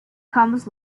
comes